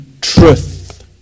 truth